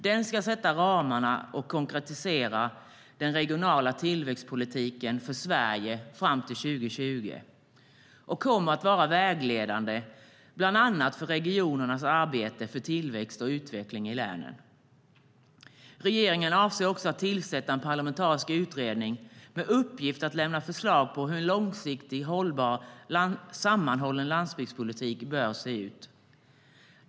Den ska sätta ramarna för och konkretisera den regionala tillväxtpolitiken för Sverige fram till 2020 och kommer att vara vägledande bland annat för regionernas arbete för tillväxt och utveckling i länen. Regeringen avser också att tillsätta en parlamentarisk utredning med uppgift att lämna förslag på hur en långsiktigt hållbar och sammanhållen landsbygdspolitik bör se ut.